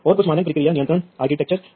तो आप जानते हैं कि यह एक पुनरावर्तक है